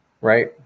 right